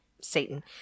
Satan